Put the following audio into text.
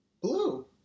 Blue